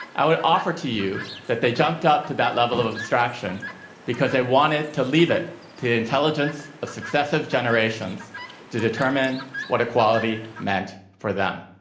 i would offer to you that they jumped up to that level of of abstraction because they wanted to leave it to intelligence of successive generations to determine what equality meant for them.